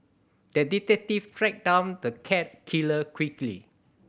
the detective tracked down the cat killer quickly